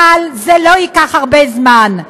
אבל זה לא ייקח הרבה זמן,